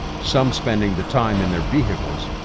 some spending the time in their vehicles,